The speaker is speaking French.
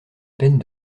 peine